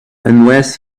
unless